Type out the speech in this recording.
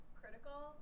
critical